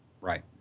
Right